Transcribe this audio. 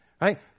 right